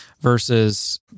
versus